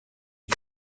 est